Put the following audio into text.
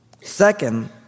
Second